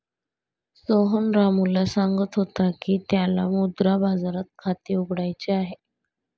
सोहन रामूला सांगत होता की त्याला मुद्रा बाजारात खाते उघडायचे आहे